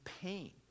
pain